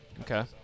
Okay